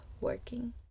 working